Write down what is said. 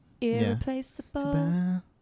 irreplaceable